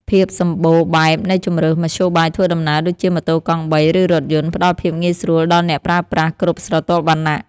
ភាពសម្បូរបែបនៃជម្រើសមធ្យោបាយធ្វើដំណើរដូចជា ម៉ូតូកង់បី ឬរថយន្ត ផ្ដល់ភាពងាយស្រួលដល់អ្នកប្រើប្រាស់គ្រប់ស្រទាប់វណ្ណៈ។